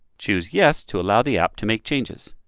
chess yes to allow the app to make changes.